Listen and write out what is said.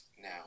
now